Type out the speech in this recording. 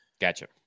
Gotcha